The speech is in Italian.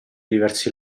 diversi